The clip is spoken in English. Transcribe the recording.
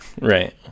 Right